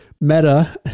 meta